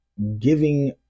giving